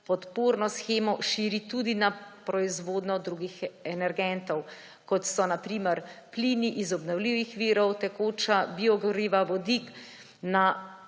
podporno shemo širi tudi na proizvodnjo drugih energentov, kot so na primer plini iz obnovljivih virov, tekoča biogoriva, vodik, na